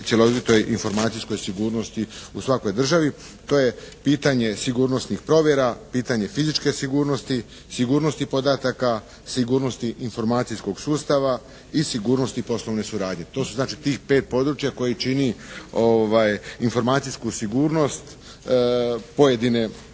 cjelovitoj informacijskoj sigurnosti u svakoj državi. To je pitanje sigurnosnih provjera, pitanje fizičke sigurnosti, sigurnosti podataka, sigurnosti informacijskog sustava i sigurnosti poslovne suradnje. To su znači tih pet područja koja čine informacijsku sigurnost pojedine države.